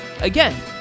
again